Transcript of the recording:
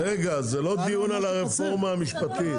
-- זה לא דיון על הרפורמה המשפטית.